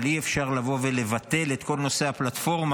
אבל אי-אפשר לבוא ולבטל את כל נושא הפלטפורמה